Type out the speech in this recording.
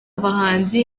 bahanzi